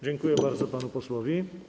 Dziękuję bardzo panu posłowi.